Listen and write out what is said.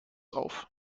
auf